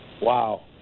Wow